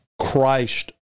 Christ